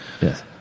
Yes